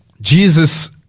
Jesus